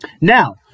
Now